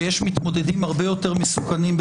שיש מתמודדים מסוכנים הרבה יותר ברשימת